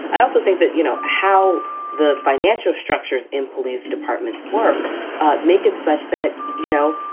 i also think that, you know, how the financial structures in police departments work make it such that, you know,